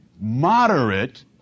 moderate